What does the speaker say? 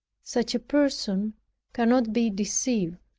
such a person cannot be deceived.